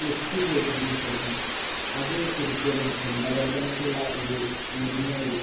mix ചെയ്തതിന് ശേഷം അത് കുടിക്കുന്നതും തൊണ്ടവേദനയ്ക്കുള്ള ഒരു മരുന്നായി